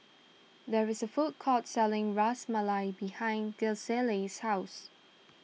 there is a food court selling Ras Malai behind Gisele's house